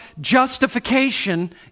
justification